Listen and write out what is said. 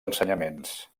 ensenyaments